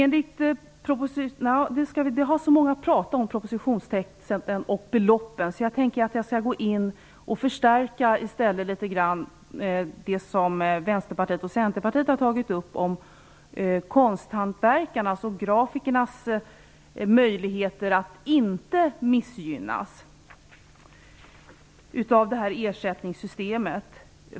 Det är så många som har pratat om propositionstexten och beloppen att jag tänkte att jag i stället litet grand skulle förstärka det som Vänsterpartiet och Centerpartiet har tagit upp om möjligheterna att konsthantverkarna och grafikerna inte missgynnas av detta ersättningssystem.